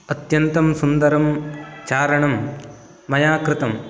अत्यन्तं सुन्दरं चारणं मया कृतं